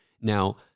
Now